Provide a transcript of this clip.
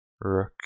Rook